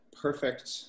perfect